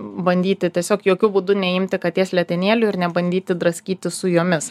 bandyti tiesiog jokiu būdu neimti katės letenėlių ir nebandyti draskyti su jomis